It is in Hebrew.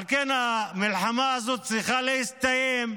על כן, המלחמה הזאת צריכה להסתיים.